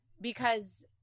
because-